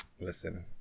Listen